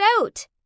out